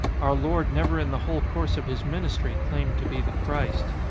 our lord never in the whole course of his ministry claimed to be the christ.